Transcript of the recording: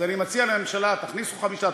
אז אני מציע לממשלה: תכניסו חמישה,